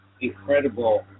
incredible